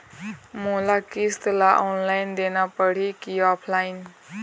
मोला किस्त ला ऑनलाइन देना पड़ही की ऑफलाइन?